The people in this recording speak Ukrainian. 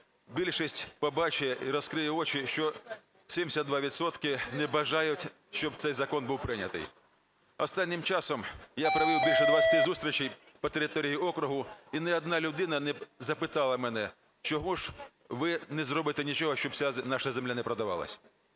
більшість побачить і розкриє очі, що 72 відсотки не бажають, щоб цей закон був прийнятий. Останнім часом я провів більше 20 зустрічей по території округу, і ні одна людина не запитала мене: чого ж ви не зробите нічого, щоб ця наша земля не продавалась?